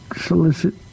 solicit